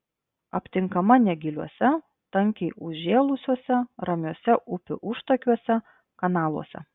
aptinkama negiliuose tankiai užžėlusiuose ramiuose upių užtakiuose kanaluose